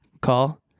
Call